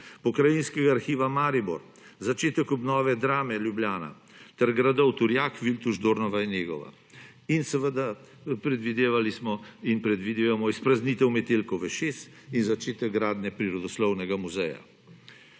Pokrajinskega arhiva Maribor, začetek obnove Drame Ljubljana ter gradov Turjak, Viltuš, Dornava in Negova in seveda predvidevali smo in predvidevamo izpraznitev Metelkove 6 in začetek gradnje Prirodoslovnega muzeja.